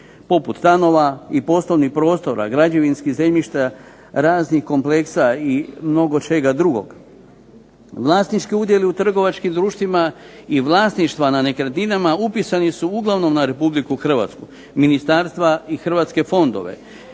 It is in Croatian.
poput stanova i poslovnih prostora, građevinskih zemljišta, raznih kompleksa i mnogo čega drugog. Vlasnički udjeli u trgovačkim društvima i vlasništva nad nekretninama upisani su uglavnom na Republiku Hrvatsku, ministarstva i hrvatske fondove,